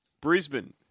Brisbane